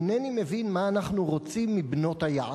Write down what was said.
אינני מבין מה אנחנו רוצים מבנות-היענה.